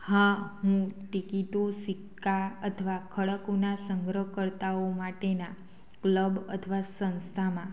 હા હું ટિકિટો સિક્કા અથવા ખળકોના સંગ્રહકર્તાઓ માટેના ક્લબ અથવા સંસ્થામાં